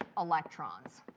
electrons.